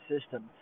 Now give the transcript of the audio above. system